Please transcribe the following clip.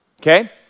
Okay